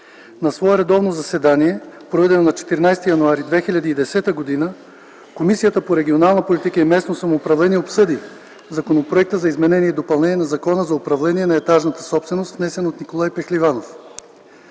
На свое редовно заседание, проведено на 14 януари 2010 г., Комисията по регионална политика и местно самоуправление обсъди Законопроекта за изменение и допълнение на Закона за управление на етажната собственост, внесен от Николай Пехливанов.